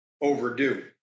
overdue